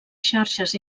xarxes